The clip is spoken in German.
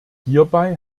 hierbei